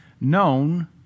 known